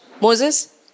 Moses